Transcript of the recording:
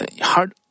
hard